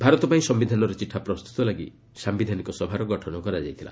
ଭାରତ ପାଇଁ ସମ୍ଭିଧାନର ଚିଠା ପ୍ରସ୍ତୁତ ଲାଗି ସାମ୍ବିଧାନିକ ସଭାର ଗଠନ କରାଯାଇଥିଲା